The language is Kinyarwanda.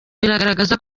bigaragara